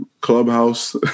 clubhouse